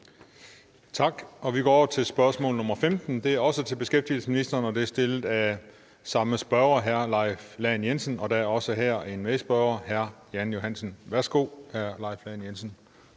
Tak. Vi går over til spørgsmål nr. 15, det er også til beskæftigelsesministeren, og det er stillet af samme spørger, hr. Leif Lahn Jensen. Der er også her en medspørger, hr. Jan Johansen. Kl. 14:56 Spm. nr.